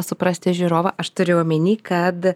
suprasti žiūrovą aš turiu omeny kad